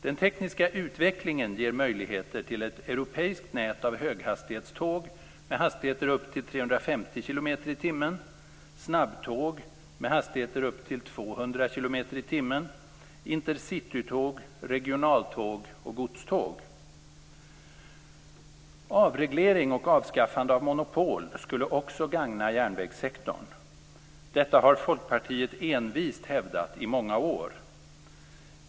Den tekniska utvecklingen ger möjligheter till ett europeiskt nät av höghastighetståg med hastigheter upp till 350 kilometer i timmen, snabbtåg med hastigheter upp till 200 Avreglering och avskaffande av monopol skulle också gagna järnvägssektorn. Detta har Folkpartiet envist hävdat i många år.